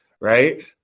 right